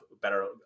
better